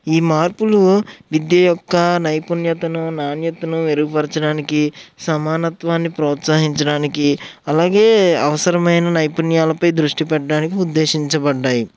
ఈ మార్పులు విద్య యొక్క నైపుణ్యతను నాణ్యతను మెరుగుపరచడానికి సమానత్వాన్ని ప్రోత్సహించడానికి అలాగే అవసరమైన నైపుణ్యాలపై దృష్టి పెట్టడానికి ఉద్దేశించబడ్డాయి